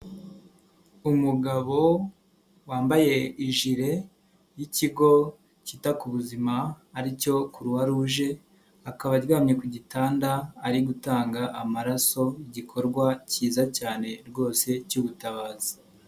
Umugabo wambaye ijire y'Ikigo kita ku buzima ari cyo Croix Rouge, akaba aryamye ku gitanda ari gutanga amaraso igikorwa kiza cyane rwose cy'ubutabazi.